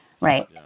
right